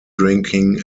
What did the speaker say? drinking